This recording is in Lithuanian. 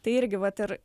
tai irgi vat ir